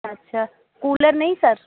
अच्छा कूलर नहीं सर